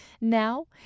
Now